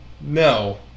no